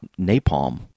napalm